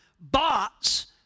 bots